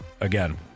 again